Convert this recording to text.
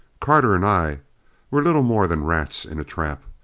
carter and i were little more than rats in a trap.